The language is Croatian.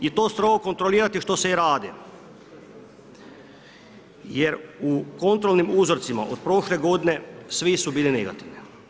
I to strogo kontrolirati što se i radi, jer u kontrolnim uzorcima od prošle godine svi su bili negativni.